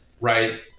right